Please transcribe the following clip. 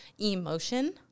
emotion